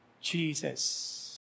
Jesus